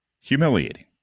humiliating